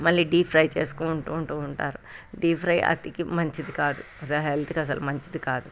మళ్ళీ deep fry చేసుకుంటు ఉంటారు డీప్ ఫ్రై హెల్త్కి మంచిది కాదు హెల్త్కి అసలు మంచిది కాదు